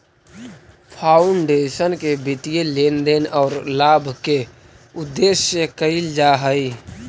foundation के वित्तीय लेन देन गैर लाभ के उद्देश्य से कईल जा हई